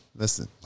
Listen